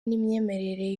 n’imyemerere